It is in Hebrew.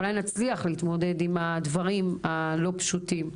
אולי נצליח להתמודד עם הדברים הלא פשוטים.